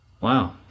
wow